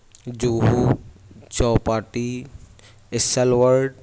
Juhu Chowpatty اسلور